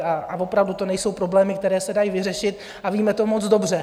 A opravdu to nejsou problémy, které se dají vyřešit, a víme to moc dobře.